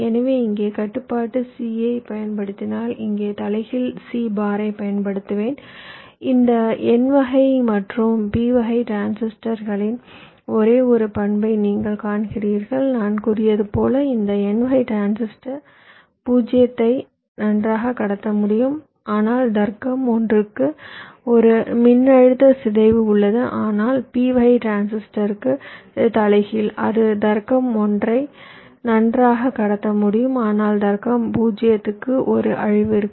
எனவே இங்கே கட்டுப்பாட்டு c ஐப் பயன்படுத்தினால் இங்கே தலைகீழ் c பாரைப் பயன்படுத்துவேன் இந்த n வகை மற்றும் p வகை டிரான்சிஸ்டர்களின் ஒரே ஒரு பண்பை நீங்கள் காண்கிறீர்கள் நான் கூறியது போல் இந்த n வகை டிரான்சிஸ்டர் 0 ஐ நன்றாக கடத்த முடியும் ஆனால் தர்க்கம் 1 க்கு ஒரு மின்னழுத்த சிதைவு உள்ளது ஆனால் p வகை டிரான்சிஸ்டருக்கு இது தலைகீழ் அது தர்க்கம் 1 ஐ நன்றாக கடத்த முடியும் ஆனால் தர்க்கம் 0 க்கு ஒரு அழிவு இருக்கும்